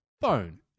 phone